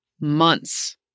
months